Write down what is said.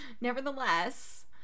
Nevertheless